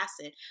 acid